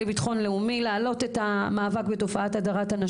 בטח כשקיבלתם בהחלטת ממשלה את ההנהגה בדבר הזה,